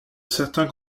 certain